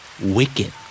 Wicked